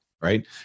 right